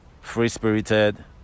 free-spirited